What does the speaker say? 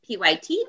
Pyt